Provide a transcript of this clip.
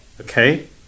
okay